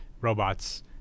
robots –